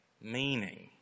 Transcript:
meaning